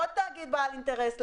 עוד תאגיד בעל אינטרס.